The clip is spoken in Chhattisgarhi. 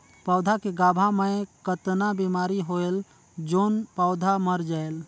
पौधा के गाभा मै कतना बिमारी होयल जोन पौधा मर जायेल?